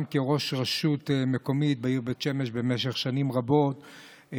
גם כראש רשות מקומית בעיר בית שמש במשך שנים רבות,